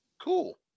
cool